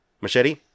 machete